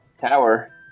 tower